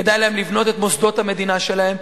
כדאי להם לבנות את מוסדות המדינה שלהם,